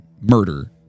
murder